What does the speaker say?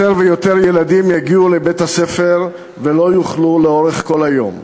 יותר ויותר ילדים יגיעו לבית-הספר ולא יאכלו לאורך כל היום.